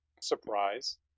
surprise